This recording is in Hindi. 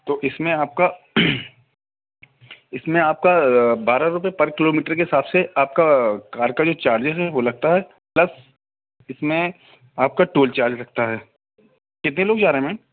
तो इसमें आपका इसमें आपका बारह रुपए पर किलोमीटर के हिसाब से आपका कार का जो चार्जिज़ है वो लगता है प्लस इसमें आपका टोल चार्ज लगता है कितने लोग जा रहे हैं मैम